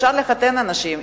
אפשר לחתן אנשים,